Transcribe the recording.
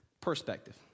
Perspective